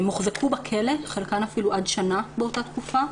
הן הוחזקו בכלא, בחלקן אפילו שנה באותה תקופה.